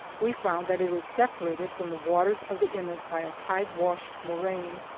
we found that it is separated from the waters of the inlet by a tide-washed moraine,